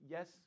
Yes